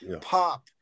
pop